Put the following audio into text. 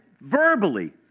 verbally